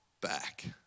back